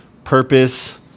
purpose